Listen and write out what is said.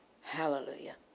Hallelujah